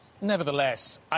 Nevertheless